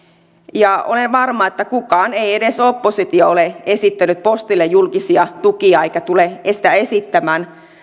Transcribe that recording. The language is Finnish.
ja olen varma että kukaan edes oppositio ei ole esittänyt postille julkisia tukia eikä tule esittämään